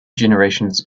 generations